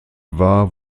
war